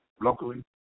locally